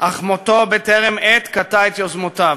אך מותו בטרם עת קטע את יוזמותיו.